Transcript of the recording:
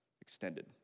extended